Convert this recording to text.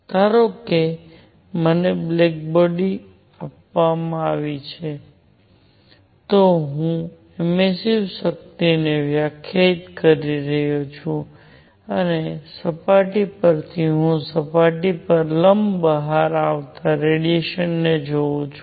ધારો કે મને બોડી આપવામાં આવી છે તો હું એમિસ્સીવ શક્તિને વ્યાખ્યાયિત કરી રહ્યો છું અને સપાટી પરથી હું સપાટી પર લંબ બહાર આવતા રેડિયેશન ને જોઉં છું